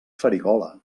farigola